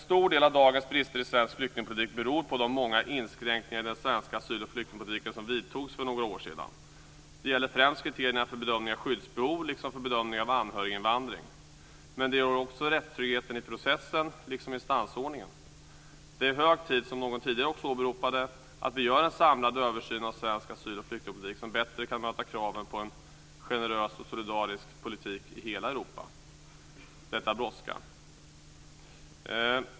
En stor del av dagens brister i svensk flyktingpolitik beror på de många inskränkningar i den svenska asyl och flyktingpolitiken som vidtogs för några år sedan. Det gäller främst kriterierna för bedömning av skyddsbehov liksom för bedömning av anhöriginvandring. Men det gäller också rättstryggheten i processen liksom instansordningen. Som någon tidigare sade är det hög tid att vi gör en samlad översyn av svensk asyl och flyktingpolitik så att den bättre kan möta kraven på en generös och solidarisk politik i hela Europa. Detta brådskar.